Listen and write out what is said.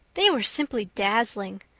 they were simply dazzling.